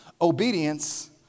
obedience